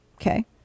Okay